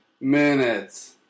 minutes